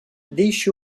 deixe